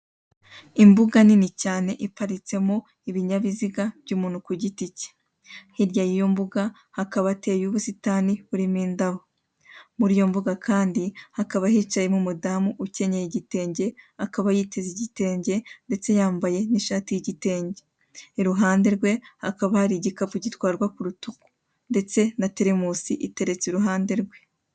Imbuga nini cyane iparitsemo ibinyabiziga by'umuntu kugiti cye, hirya y'iyo mbuga hakaba hateye ubusitani burimo indabo, muriyo mbuga kandi hakaba hicaye n'umudamu ukenyeye igitenge akaba yiteze igitenge ndetse yambaye ishati y'igitenge, iruhande rwe hakaba hari igikapu gitwarwa k'urutugu ndetse na teremusi iteretse iruhande rwe.